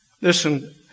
Listen